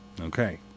Okay